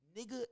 Nigga